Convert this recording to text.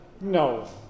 No